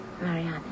Marianne